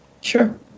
Sure